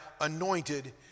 anointed